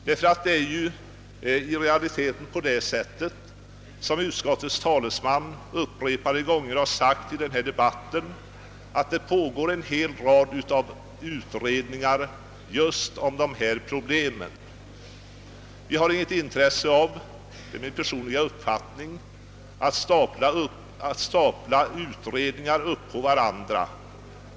Det är ju i realiteten på det sättet — vilket utskottets talesman upprepade gånger sagt i denna debatt — att det pågår en rad utredningar om just dessa problem. Vi har inget intresse av — det är min personliga uppfattning — att stapla utredningar på varandra.